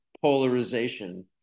polarization